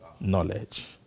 knowledge